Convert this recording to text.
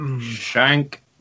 Shank